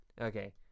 Okay